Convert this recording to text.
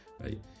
right